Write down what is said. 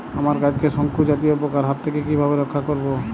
আমার গাছকে শঙ্কু জাতীয় পোকার হাত থেকে কিভাবে রক্ষা করব?